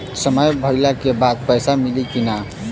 समय भइला के बाद पैसा मिली कि ना?